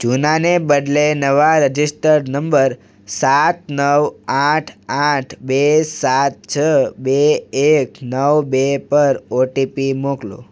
જૂનાને બદલે નવા registered number સાત નવ આઠ આઠ બે સાત છ બે એક નવ બે પર ઓટીપી મોકલો